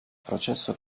processo